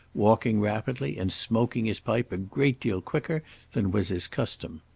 walking rapidly, and smoking his pipe a great deal quicker than was his custom.